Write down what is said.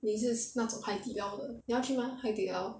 你是那种海底捞的你要去吗海底捞